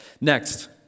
Next